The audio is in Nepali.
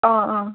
अँ अँ